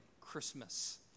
Christmas